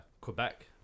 Quebec